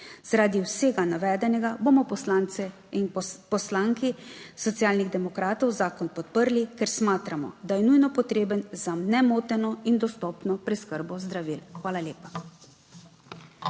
Zaradi vsega navedenega bomo poslanci in poslanke Socialnih demokratov zakon podprli, ker smatramo, da je nujno potreben za nemoteno in dostopno preskrbo zdravil. Hvala lepa.